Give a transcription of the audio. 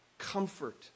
Comfort